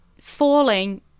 falling